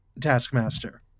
Taskmaster